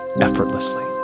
effortlessly